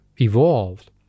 evolved